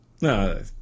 No